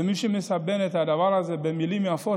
מי שמסבן את הדבר הזה במילים יפות,